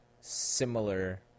similar